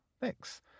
Thanks